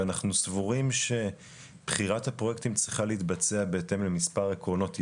אנחנו סבורים שבחירת הפרויקטים צריכה להתבצע בהתאם למספר עקרונות יסוד,